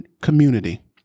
community